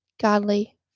godly